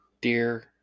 Dear